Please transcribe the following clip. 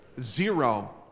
Zero